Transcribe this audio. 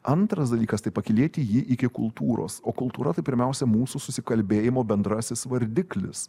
antras dalykas tai pakylėti jį iki kultūros o kultūra tai pirmiausia mūsų susikalbėjimo bendrasis vardiklis